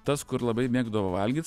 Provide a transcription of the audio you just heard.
tas kur labai mėgdavo valgyt